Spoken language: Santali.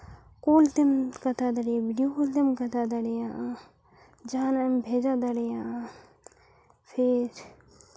ᱠᱚᱞ ᱛᱮᱢ ᱠᱟᱛᱷᱟ ᱫᱟᱲᱮᱭᱟᱜᱼᱟ ᱵᱷᱤᱰᱤᱭᱳ ᱠᱚᱞᱛᱮᱢ ᱠᱟᱛᱷᱟ ᱫᱟᱲᱮᱭᱟᱜᱼᱟ ᱡᱟᱦᱟᱱᱟᱜ ᱮᱢ ᱵᱷᱮᱡᱟ ᱫᱟᱲᱮᱭᱟᱜᱼᱟ ᱯᱷᱤᱨ